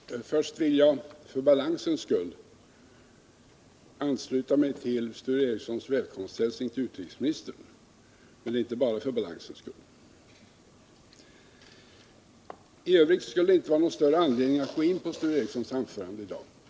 Herr talman! Först vill jag för balansens skull, men inte bara därför, ansluta mig till Sture Ericsons välkomsthälsning till utrikesministern. I övrigt finns det egentligen inte någon större anledning att bemöta Sture Ericsons anförande i dag.